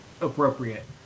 appropriate